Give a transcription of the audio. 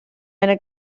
eine